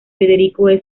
federico